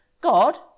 God